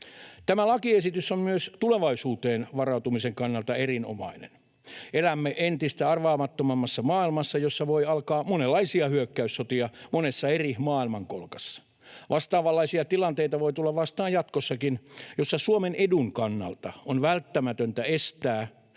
Tämä lakiesitys on myös tulevaisuuteen varautumisen kannalta erinomainen. Elämme entistä arvaamattomammassa maailmassa, jossa voi alkaa monenlaisia hyökkäyssotia monessa eri maailmankolkassa. Jatkossakin voi tulla vastaan vastaavanlaisia tilanteita, joissa Suomen edun kannalta on välttämätöntä estää